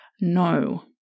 No